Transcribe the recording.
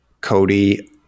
cody